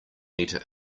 meter